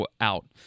out